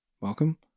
welcome